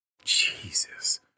jesus